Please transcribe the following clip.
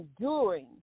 enduring